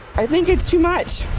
i think it is too much.